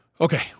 Okay